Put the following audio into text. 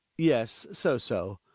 yes, so, so.